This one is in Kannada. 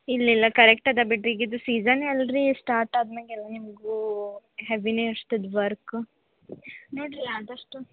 ಇಲ್ಲ ಇಲ್ಲ ಕರೆಕ್ಟ್ ಇದೆ ಬಿಡಿರಿ ಈಗ ಇದು ಸೀಝನ್ನೇ ಅಲ್ರೀ ಸ್ಟಾರ್ಟ್ ಆದ ಮ್ಯಾಲ್ ಎಲ್ಲ ನಿಮಗೂ ಹೆವಿನೇ ಇರ್ತದೆ ವರ್ಕು ನೋಡ್ರಿಲ ಆದಷ್ಟು